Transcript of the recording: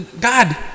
God